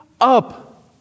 up